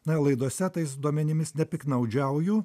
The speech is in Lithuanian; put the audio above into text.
na laidose tais duomenimis nepiktnaudžiauju